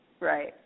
Right